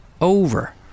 over